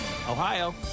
Ohio